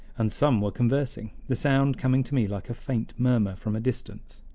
and some were conversing, the sound coming to me like a faint murmur from a distance.